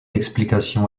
explication